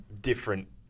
different